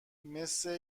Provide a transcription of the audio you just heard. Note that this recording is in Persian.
مثه